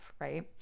right